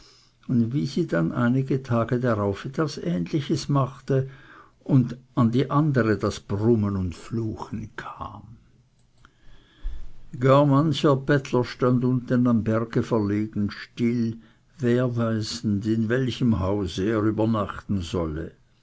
und wie sie dann einige tage darauf etwas ähnliches machte und an die andere das brummen und fluchen kam gar mancher bettler stand unten am berge verlegen still werweisend in welchem hause er übernachten solle